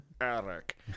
Eric